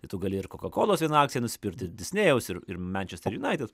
tai tu gali ir kokakolos vieną akciją nuspirti ir disnėjaus ir ir mančesterio united